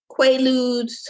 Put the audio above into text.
quaaludes